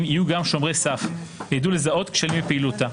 יהיו גם "שומרי סף" וידעו לזהות כשלים בפעילותה.